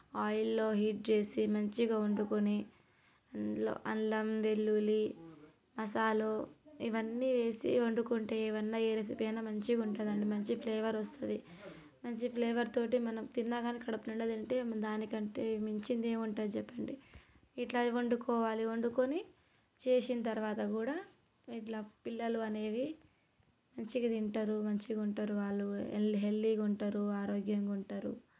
ఆయిల్లో హీట్ చేసి మంచిగా వండుకొని ఇందులో అల్లం వెల్లుల్లి మసాలాలు ఇవన్నీ వేసి వండుకుంటే ఏవైనా ఏ రెసిపీ అయినా మంచిగా ఉంటది మంచి ఫ్లేవర్ వస్తుంది మంచి ఫ్లేవర్ తోటి మనం తిన్నా కాని కడుపునిండా తింటే దానికంటే మించిందేముంటుంది చెప్పండి ఇట్లా వండుకోవాలి వండుకొని చేసిన తర్వాత కూడా ఇట్లా పిల్లలు అనేది మంచిగా తింటారు మంచిగా ఉంటారు వాళ్ళు హెల్తీ హెల్తీగా ఉంటారు ఆరోగ్యంగా ఉంటారు